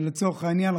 לצורך העניין,